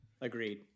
Agreed